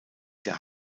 der